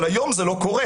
אבל היום זה לא קורה,